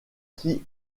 qui